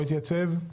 התשפ"ב-2021,